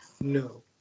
no